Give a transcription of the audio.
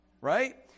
right